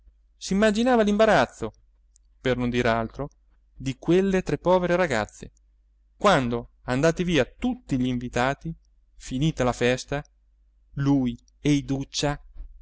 stesso tetto s'immaginava l'imbarazzo per non dir altro di quelle tre povere ragazze quando andati via tutti gl'invitati finita la festa lui e iduccia